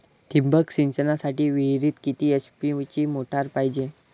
ठिबक सिंचनासाठी विहिरीत किती एच.पी ची मोटार पायजे?